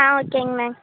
ஆ ஓகேங்க மேம்